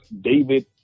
David